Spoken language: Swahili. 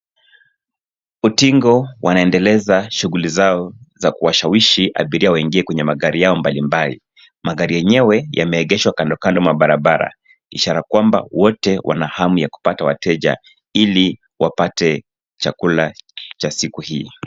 Utingo wanaendeleza shuguli zao za kuwashawishi waingie kwenye magari yao mbalimbali. Magari yenyewe yameegeshwa kandokando ya mabarabara ishara kwamba wote wana hamu ya kupata wateja ili wapate chakula cha siku hii.